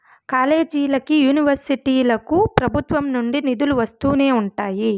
కాలేజీలకి, యూనివర్సిటీలకు ప్రభుత్వం నుండి నిధులు వస్తూనే ఉంటాయి